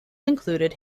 included